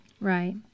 Right